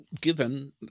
Given